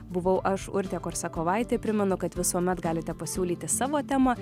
buvau aš urtė korsakovaitė primenu kad visuomet galite pasiūlyti savo temą